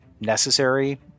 necessary